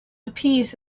appease